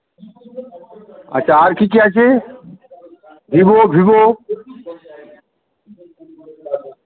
আচ্ছা আর কী কী আছে ভিভো ভিভো